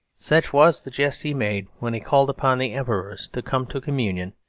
such was the jest he made when he called upon the emperors to come to communion,